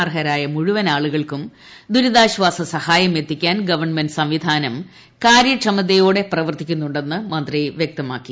അർഹരായ മുഴുവൻ ആളുകൾക്കും ദുരിതാൾപ്പാസ് സഹായം എത്തിക്കാൻ ഗവൺമെന്റ സംവിധാനം കാര്യക്ഷ്മത്ര്യോടെ പ്രവർത്തിക്കുന്നുണ്ടെന്ന് മന്ത്രി വ്യക്തമാക്കി